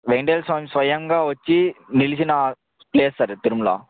వేంకటేశ్వర స్వామి స్వయంగా వచ్చి నిలిచిన ప్లేస్ సార్ ఇది తిరుమల